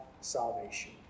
salvation